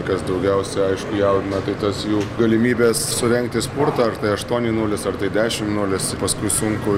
kas daugiausia aišku jaudina tai tos jų galimybės surengti spurtą aštuoni nulis ar tai dešim nulis paskui sunku